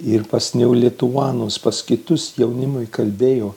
ir neo lituanus pas kitus jaunimui kalbėjo